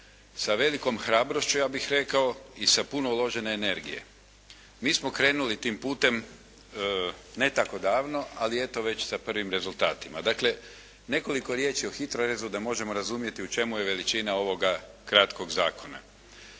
sa velikom hrabrošću ja bih rekao i sa puno uložene energije. Mi smo krenuli tim putem ne tako davno ali evo već sa prvim rezultatima. Dakle, nekoliko riječi o HITRORezu da možemo razumjeti u čemu je veličina ovoga kratkoga Zakona.